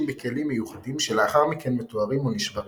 בכלים מיוחדים שלאחר מכן מטוהרים או נשברים.